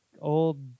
Old